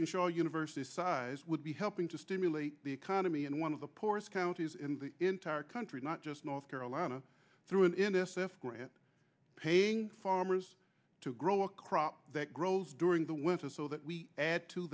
show universities size would be helping to stimulate the economy and one of the poorest counties in the entire country not just north carolina through in s f grant paying farmers to grow a crop that grows during the winter so that we add to